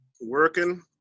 Working